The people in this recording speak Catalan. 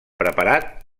preparat